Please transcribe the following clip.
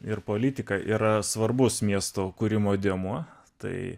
ir politika yra svarbus miesto kūrimo dėmuo tai